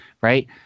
right